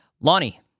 Lonnie